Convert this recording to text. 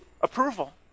approval